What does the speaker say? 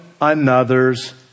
another's